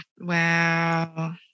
Wow